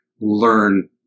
learn